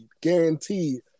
Guaranteed